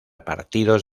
partidos